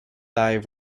thy